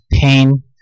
pain